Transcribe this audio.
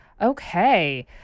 okay